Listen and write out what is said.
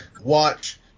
watch